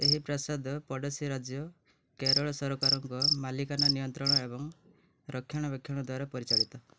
ଏହି ପ୍ରାସାଦ ପଡ଼ୋଶୀ ରାଜ୍ୟ କେରଳ ସରକାରଙ୍କ ମାଲିକାନା ନିୟନ୍ତ୍ରଣ ଏବଂ ରକ୍ଷଣାବେକ୍ଷଣ ଦ୍ୱାରା ପରିଚାଳିତ